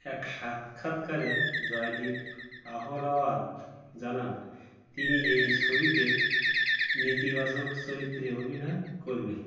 এক সাক্ষাৎকারে জয়দ্বীপ আহলাওয়াত জানান তিনি এই ছবিতে নেতিবাচক চরিত্রে অভিনয় করবেন